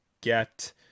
get